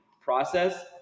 process